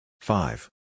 five